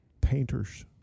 painters